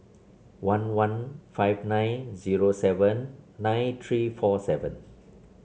one one five nine zero seven nine three four seven